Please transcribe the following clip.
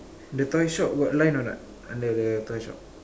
the toy shop got line or not under the toy shop